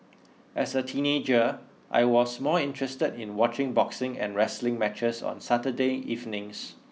as a teenager I was more interested in watching boxing and wrestling matches on Saturday evenings